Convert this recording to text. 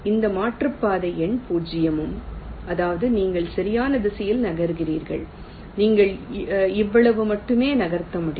இந்த மாற்றுப்பாதை எண் பூஜ்ஜியம் அதாவது நீங்கள் சரியான திசையில் நகர்கிறீர்கள் நீங்கள் இவ்வளவு மட்டுமே நகர்த்த முடியும்